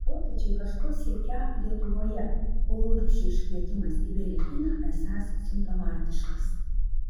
vokiečiai kažko siekią lietuvoje o urbšio iškvietimas į berlyną esąs simptomatiškas